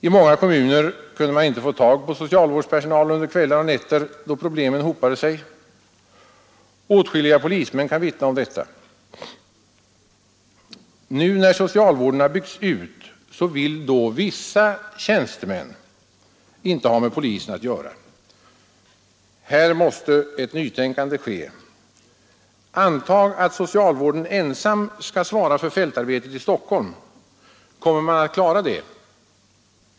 I många kommuner kunde man inte få tag i socialvårdspersonal under kvällar och nätter då problemen hopade sig. Åtskilliga polismän kan vittna om detta. Nu, när socialvården har byggts ut, vill vissa tjänstemän inte ha med polisen att göra. Härvidlag är ett nytänkande nödvändigt! Antag att socialvården ensam skall svara för fältarbetet i Stockholm. Kommer den att klara det?